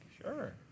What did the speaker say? Sure